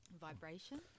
vibration